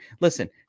listen